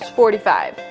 forty five